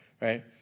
right